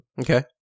Okay